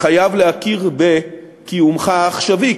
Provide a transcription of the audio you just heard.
חייב להכיר בקיומך העכשווי,